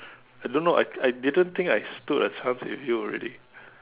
I don't know I I didn't think I stood a chance with you already